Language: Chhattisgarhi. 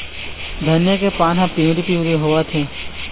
धनिया के पान हर पिवरी पीवरी होवथे?